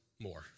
more